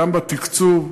גם בתקצוב,